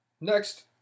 Next